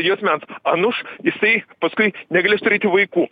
juosmens anuš jisai paskui negalės turėti vaikų